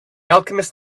alchemist